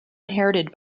inherited